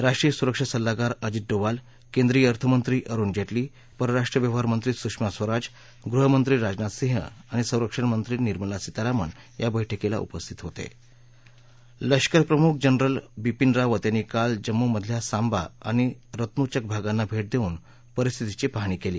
राष्ट्रीय सुरक्षा सल्लागार अजित डोवाल केंद्रीय अर्थमंत्री अरुण जर्म्ही परराष्ट्र व्यवहार मंत्री सुषमा स्वराज गृहमंत्री राजनाथ सिंह आणि संरक्षण मंत्री निर्मला सीतारामन या बस्कीला उपस्थित होता लष्करप्रमुख जनरल बिपीन रावत यांनी काल जम्मूमधल्या सांबा आणि रत्नुचक भागांना भट्टादक्रिन परिस्थितीची पाहणी कल्ली